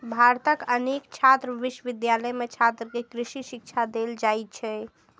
भारतक अनेक विश्वविद्यालय मे छात्र कें कृषि शिक्षा देल जाइ छै